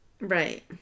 Right